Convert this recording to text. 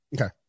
Okay